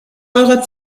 eurer